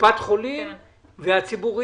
קופת חולים והציבוריים.